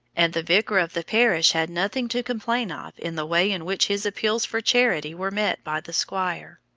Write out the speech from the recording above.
and the vicar of the parish had nothing to complain of in the way in which his appeals for charity were met by the squire.